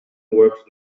worked